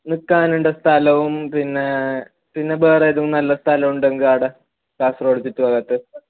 നിൽക്കാനുള്ള സ്ഥലവും പിന്നെ പിന്നെ വേറെ ഏതും നല്ല സ്ഥലമുണ്ടെങ്കിൽ ആട കാസർഗോഡ് ചുറ്റുഭാഗത്ത്